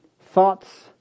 thoughts